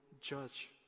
judge